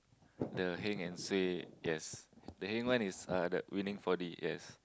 the heng and suay yes the heng one is uh winning four-D yes